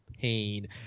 pain